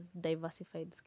diversified